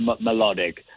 melodic